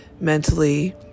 mentally